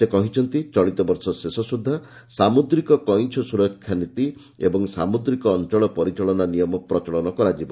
ସେ କହିଛନ୍ତି ଚଳିତ ବର୍ଷ ଶେଷ ସୁଦ୍ଧା ସାମୁଦ୍ରିକ କଇଁଛ ସୁରକ୍ଷା ନୀତି ଏବଂ ସାମୁଦ୍ରିକ ଅଞ୍ଚଳ ପରିଚାଳନା ନିୟମ ପ୍ରଚଳନ କରାଯିବ